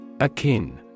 Akin